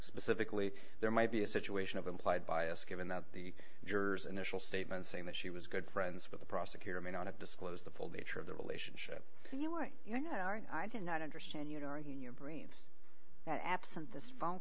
specifically there might be a situation of implied bias given that the jurors initial statement saying that she was good friends with the prosecutor may not have disclosed the full nature of the relationship to you or you know i did not understand you during your brains that absent this phone